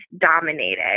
dominated